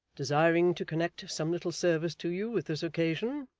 desiring to connect some little service to you with this occasion,